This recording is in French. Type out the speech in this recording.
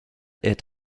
est